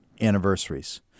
anniversaries